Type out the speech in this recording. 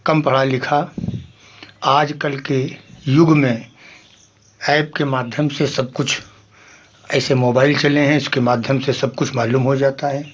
कम पढ़ा लिखा आजकल के युग में एप के माध्यम से सबकुछ ऐसे मोबाइल चले हैं इसके माध्यम से सबकुछ मालूम हो जाता है